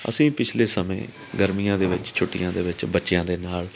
ਅਸੀਂ ਪਿਛਲੇ ਸਮੇਂ ਗਰਮੀਆਂ ਦੇ ਵਿੱਚ ਛੁੱਟੀਆਂ ਦੇ ਵਿੱਚ ਬੱਚਿਆਂ ਦੇ ਨਾਲ